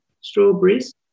strawberries